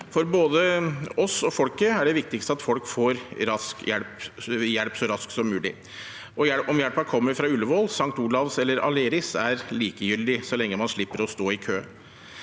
både oss og folket er det viktigste at folk får hjelp så raskt som mulig, og om hjelpen kommer fra Ullevål, St. Olav eller Aleris, er likegyldig så lenge man slipper å stå i kø.